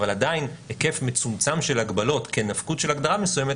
אבל עדיין היקף מצומצם של הגבלות כנפקות של הגדרה מסוימת,